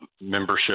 membership